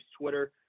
Twitter